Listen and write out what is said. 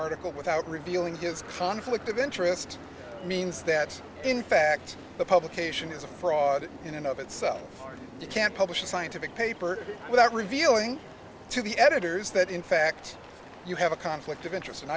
article without revealing his conflict of interest means that in fact the publication is a fraud in and of itself you can't publish a scientific paper without revealing to the editors that in fact you have a conflict of interest and